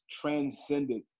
transcended